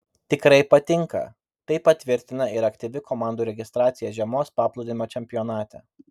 tikrai patinka tai patvirtina ir aktyvi komandų registracija žiemos paplūdimio čempionate